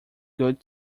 good